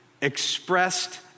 expressed